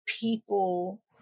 people